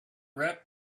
rap